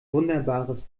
wunderbares